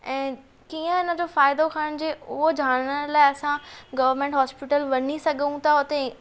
ऐ कीअं हिन जो फ़ाइदो खणिजे उहो ॼाणण लाइ असां गवर्नमेंट हॉस्पिटल वञी सघूं था हुते